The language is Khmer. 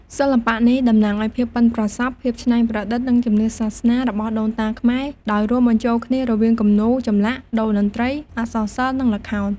សិល្បៈនេះតំណាងឲ្យភាពប៉ិនប្រសប់ ភាពច្នៃប្រឌិត និងជំនឿសាសនារបស់ដូនតាខ្មែរ ដោយរួមបញ្ចូលគ្នារវាងគំនូរ ចម្លាក់ តូរ្យតន្ត្រី អក្សរសិល្ប៍ និងល្ខោន។